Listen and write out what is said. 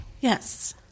Yes